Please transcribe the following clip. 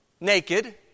naked